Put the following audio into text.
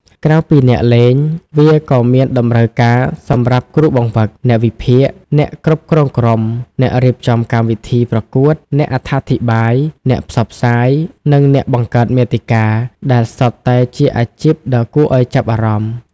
ក្រៅពីអ្នកលេង វាក៏មានតម្រូវការសម្រាប់គ្រូបង្វឹក អ្នកវិភាគ អ្នកគ្រប់គ្រងក្រុម អ្នករៀបចំកម្មវិធីប្រកួត អ្នកអត្ថាធិប្បាយ អ្នកផ្សព្វផ្សាយ និងអ្នកបង្កើតមាតិកា ដែលសុទ្ធតែជាអាជីពដ៏គួរឱ្យចាប់អារម្មណ៍។